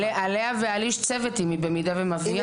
עליה ועל איש צוות, במידה והיא מביאה מישהו.